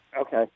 Okay